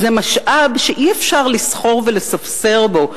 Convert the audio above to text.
זהו משאב שאי-אפשר לסחור ולספסר בו,